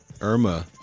Irma